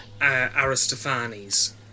Aristophanes